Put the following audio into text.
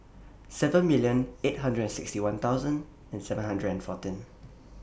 seven million eight hundred and sixty one thousand and seven hundred fourteen